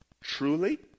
truly